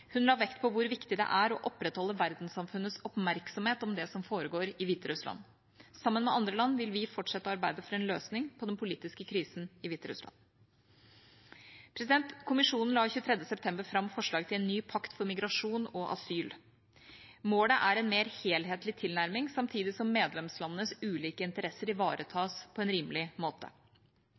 Hun la vekt på hvor viktig det er å opprettholde verdenssamfunnets oppmerksomhet om det som foregår i Hviterussland. Sammen med andre land vil vi fortsette å arbeide for en løsning på den politiske krisen i Hviterussland. Kommisjonen la den 23. september fram forslag til en ny pakt for migrasjon og asyl. Målet er en mer helhetlig tilnærming, samtidig som medlemslandenes ulike interesser ivaretas på en rimelig måte.